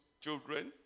children